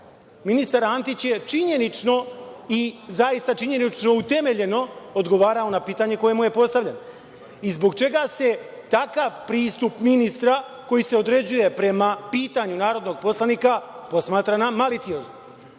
Ministar Antić je činjenično i zaista činjenično i utemeljeno odgovarao na pitanje koje mu je postavljeno i zbog čega se takav pristup ministra, koji se određuje prema pitanju narodnog poslanika, posmatra maliciozno. Moramo